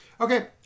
okay